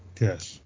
Yes